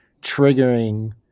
triggering